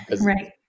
Right